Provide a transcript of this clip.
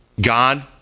God